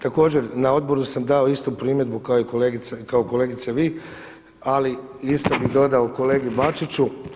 Također na odboru sam dao istu primjedbu kao i kolegice vi, ali isto bih dodao kolegi Bačiću.